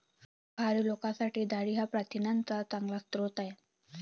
शाकाहारी लोकांसाठी डाळी हा प्रथिनांचा चांगला स्रोत आहे